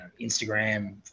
Instagram